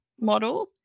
model